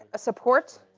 support,